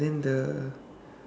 then the